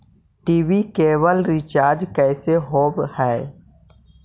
TV cable recharge कैसे होब हइ?